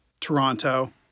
Toronto